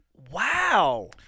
Wow